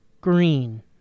green